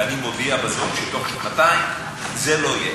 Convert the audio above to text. ואני מודיע בזאת שבתוך שנתיים זה לא יהיה,